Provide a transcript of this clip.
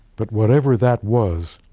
but whatever that was,